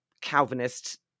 Calvinist